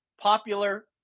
popular